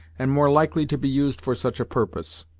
and more likely to be used for such a purpose.